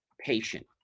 patient